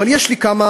אבל יש לי כמה,